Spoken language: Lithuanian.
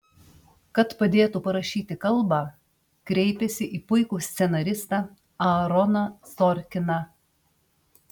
kad padėtų parašyti kalbą kreipėsi į puikų scenaristą aaroną sorkiną